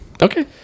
okay